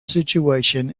situation